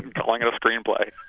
but like and a screenplay.